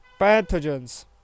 pathogens